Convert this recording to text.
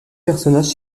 personnages